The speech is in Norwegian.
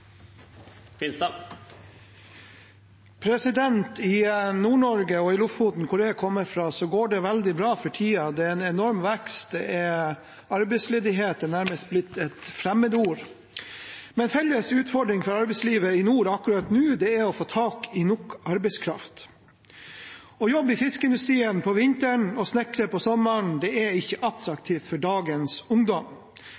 I Nord-Norge – og i Lofoten, hvor jeg kommer fra – går det veldig bra for tiden. Det er en enorm vekst. «Arbeidsledighet» er nærmest blitt et fremmedord, men en felles utfordring for arbeidslivet i nord akkurat nå er å få tak i nok arbeidskraft. Å jobbe i fiskeindustrien på vinteren og snekre på sommeren er ikke